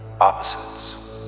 Opposites